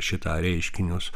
šitą reiškinius